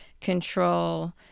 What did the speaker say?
control